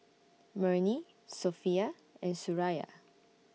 Murni Sofea and Suraya